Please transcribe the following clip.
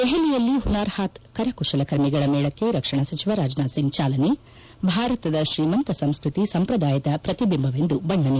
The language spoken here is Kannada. ದೆಹಲಿಯಲ್ಲಿ ಹುನಾರ್ ಹಾತ್ ಕರಕುಶಲಕರ್ಮಿಗಳ ಮೇಳಕ್ಕೆ ರಕ್ಷಣಾ ಸಚಿವ ರಾಜನಾಥ್ ಸಿಂಗ್ ಚಾಲನೆ ಭಾರತದ ಶ್ರೀಮಂತ ಸಂಸ್ಕೃತಿ ಸಂಪ್ರದಾಯದ ಪ್ರತಿಬಿಂಬವೆಂದು ಬಣ್ಣನೆ